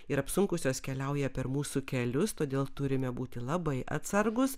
ir apsunkusios keliauja per mūsų kelius todėl turime būti labai atsargūs